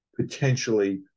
potentially